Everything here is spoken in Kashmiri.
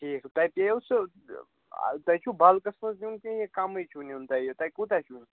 ٹھیک تۄہہِ پیٚیَو سُہ تۄہہِ چھُو بَلکَس منٛز نیُن کِنہٕ کَمٕے چھُو نیُن تۄہہِ یہِ تۄہہِ کوٗتاہ چھُو